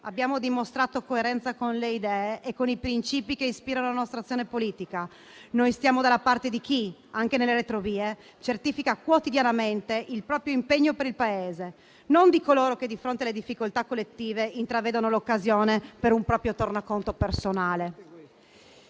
abbiamo dimostrato coerenza con le idee e con i principi che ispirano la nostra azione politica. Noi stiamo dalla parte di chi, anche nelle retrovie, certifica quotidianamente il proprio impegno per il Paese, non di coloro che, di fronte alle difficoltà collettive, intravedono l'occasione per un proprio tornaconto personale.